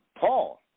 Paul